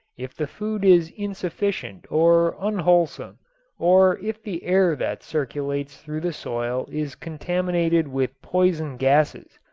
if the food is insufficient or unwholesome or if the air that circulates through the soil is contaminated with poison gases,